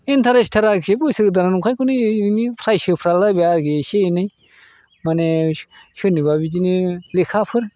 इन्थारेस्टथार आरोखि बोसोर गोदानाव नंखायखौनो ओरैनो प्राइज होफ्लालायबाय आरोखि एसे एनै माने सोरनोबा बिदिनो लेखाफोर